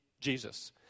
Jesus